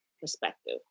perspective